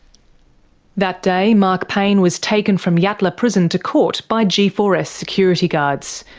that day, mark payne was taken from yatala prison to court by g four s security guards.